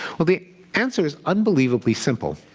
well, the answer is unbelievably simple.